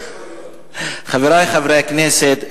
חברי חברי הכנסת,